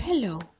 Hello